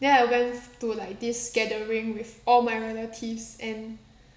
then I went to like this gathering with all my relatives and